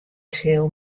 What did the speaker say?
sil